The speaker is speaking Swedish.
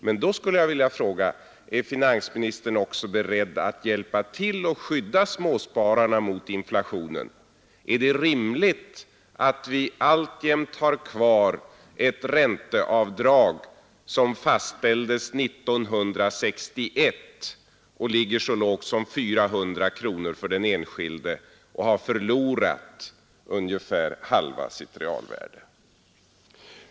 Men då skulle jag vilja fråga: Är finansministern också beredd att hjälpa till att skydda småspararna mot inflationen? Är det rimligt att vi alltjämt har kvar ett ränteavdrag som fastställdes 1961 och ligger så lågt som 400 kronor för den enskilde och har förlorat ungefär halva sitt realvärde?